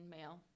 male